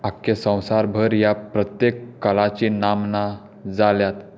आख्या संवसारभर ह्या प्रत्येक कलाची नामना जाल्यात